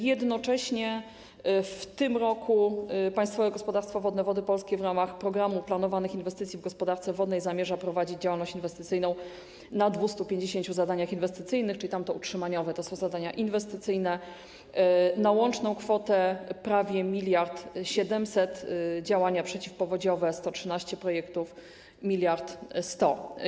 Jednocześnie w tym roku Państwowe Gospodarstwo Wodne Wody Polskie w ramach programu planowanych inwestycji w gospodarce wodnej zamierza prowadzić działalność inwestycyjną na 250 zadaniach inwestycyjnych, czyli tam to były zadania utrzymaniowe, to są zadania inwestycyjne, na łączną kwotę prawie miliard 700, działania przeciwpowodziowe - 113 projektów, miliard 100.